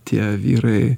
tie vyrai